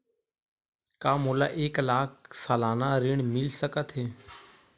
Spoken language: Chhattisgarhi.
का मोला एक लाख सालाना ऋण मिल सकथे?